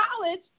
college